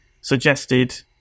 suggested